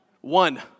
One